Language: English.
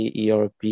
ERP